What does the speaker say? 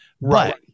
Right